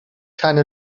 keine